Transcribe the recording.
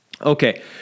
Okay